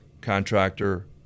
contractor